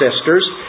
sisters